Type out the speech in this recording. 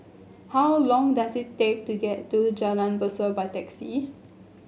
how long does it take to get to Jalan Besut by taxi